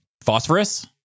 Phosphorus